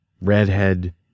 redhead